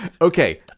okay